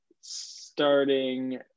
starting